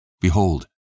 Behold